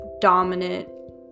dominant